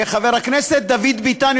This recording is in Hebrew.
חבר הכנסת דוד ביטן,